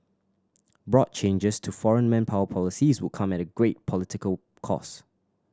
broad changes to foreign manpower policies would come at great political cost